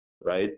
right